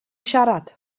siarad